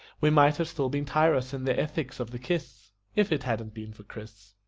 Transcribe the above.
we might have still been tyros in the ethics of the kiss if it hadn't been for chris.